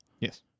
Yes